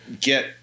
get